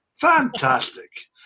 Fantastic